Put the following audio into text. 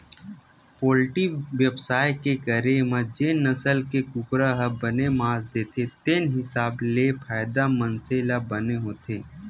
poultry बेवसाय के करे म जेन नसल के कुकरा ह बने मांस देथे तेने हिसाब ले फायदा मनसे ल बने होथे